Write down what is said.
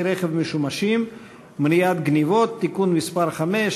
רכב משומשים (מניעת גנבות) (תיקון מס' 5),